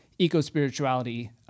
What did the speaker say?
eco-spirituality